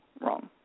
wrong